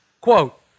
Quote